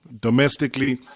Domestically